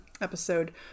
episode